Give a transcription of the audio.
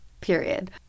period